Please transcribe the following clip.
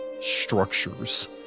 structures